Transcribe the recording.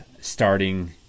starting